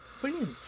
Brilliant